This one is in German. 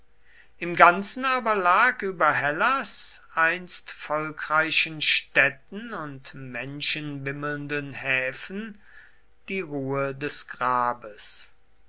im ganzen aber lag über hellas einst volkreichen städten und menschenwimmelnden häfen die ruhe des grabes